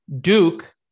duke